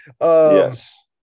Yes